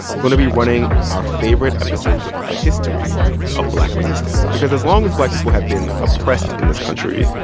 we're going to be running our favorite episodes about the history of black resistance because as long as black people have been oppressed in this country,